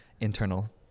internal